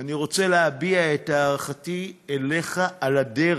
אני רוצה להביע את הערכתי אליך על הדרך,